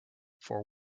fore